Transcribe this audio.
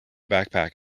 backpack